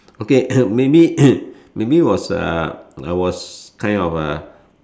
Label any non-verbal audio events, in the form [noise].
okay [coughs] maybe [coughs] maybe was a I was kind of a